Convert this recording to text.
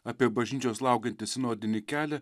apie bažnyčios laukiantį sinodinį kelią